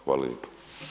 Hvala lijepo.